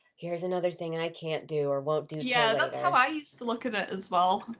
here's another thing i can't do or won't do. yeah, that's how i used to look and at as well.